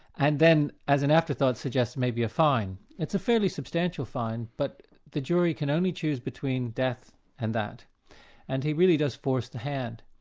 and then, as an afterthought suggests maybe a fine. it's a fairly substantial fine, but the jury can only choose between death and that and he really just forced their hand.